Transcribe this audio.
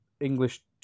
English